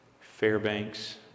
Fairbanks